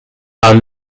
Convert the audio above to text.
are